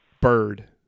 bird